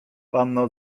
panno